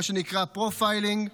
מה שנקרא פרופיילינג,